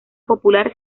popular